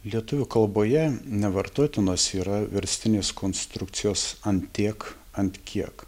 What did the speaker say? lietuvių kalboje nevartotinos yra verstinės konstrukcijos ant tiek ant kiek